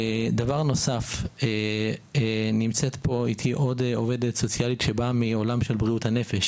נמצאת איתי עוד עובדת סוציאלית שבאה מעולם בריאות הנפש.